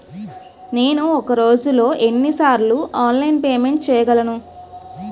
నేను ఒక రోజులో ఎన్ని సార్లు ఆన్లైన్ పేమెంట్ చేయగలను?